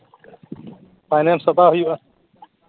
final ᱥᱟᱯᱲᱟᱣ ᱦᱩᱭᱩᱜᱼᱟ